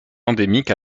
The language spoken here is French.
endémique